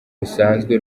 rusanzwe